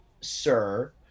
sir